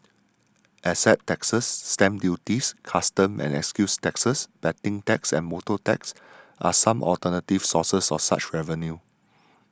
asset taxes stamp duties customs and excise taxes betting taxes and motor taxes are some alternative sources of such revenue